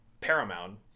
Paramount